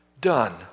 done